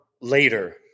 later